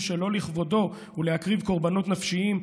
שלא לכבודו ולהקריב קורבנות נפשיים,